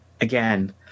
again